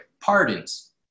pardons